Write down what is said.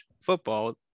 football